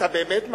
אתה באמת מאמין,